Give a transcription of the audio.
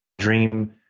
dream